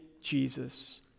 Jesus